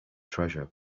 treasure